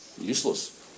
useless